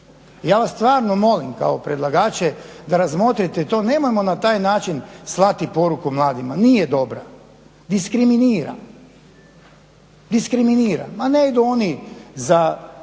Ja vas stvarno molim kao predlagače da razmotrite to, nemojmo na taj način slati poruku mladima, nije dobra, diskriminira. Ma ne idu oni za,